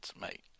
mate